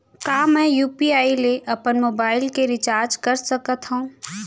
का मैं यू.पी.आई ले अपन मोबाइल के रिचार्ज कर सकथव?